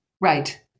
Right